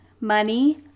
Money